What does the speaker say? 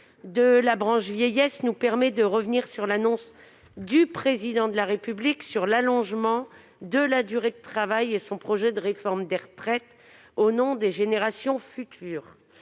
de la branche vieillesse, nous donne l'occasion de revenir sur l'annonce par le Président de la République de l'allongement de la durée de travail et de son projet de réforme des retraites, au nom des générations futures.